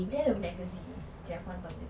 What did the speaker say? dia ada magazine nanti aku hantar dia